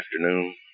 afternoon